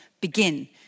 begin